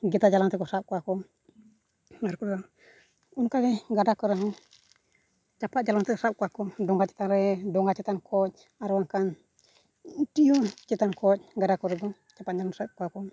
ᱜᱮᱛᱟ ᱡᱟᱞᱟᱢ ᱛᱮᱠᱚ ᱥᱟᱵ ᱠᱚᱣᱟ ᱠᱚ ᱟᱨᱠᱚ ᱚᱱᱠᱟᱜᱮ ᱜᱟᱰᱟ ᱠᱚᱨᱮ ᱦᱚᱸ ᱪᱟᱯᱟᱫ ᱡᱟᱞᱟᱢ ᱛᱮ ᱥᱟᱵ ᱠᱚᱣᱟ ᱠᱚ ᱰᱷᱚᱸᱜᱟ ᱪᱛᱟᱱ ᱨᱮ ᱰᱷᱚᱸᱜᱟ ᱪᱮᱛᱟᱱ ᱠᱷᱚᱱ ᱟᱨ ᱵᱟᱝᱠᱷᱟᱱ ᱴᱤᱣᱩ ᱪᱮᱛᱟᱱ ᱠᱷᱚᱱ ᱜᱟᱰᱟ ᱠᱚᱨᱮ ᱫᱚ ᱪᱟᱯᱟᱫ ᱥᱟᱵ ᱮᱫ ᱠᱚᱣᱟ ᱠᱚ